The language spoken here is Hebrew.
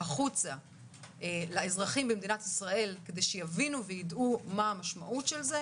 החוצה לאזרחים במדינת ישראל כדי שיבינו וידעו מה המשמעות של זה